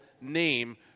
name